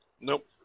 Nope